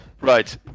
Right